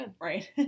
right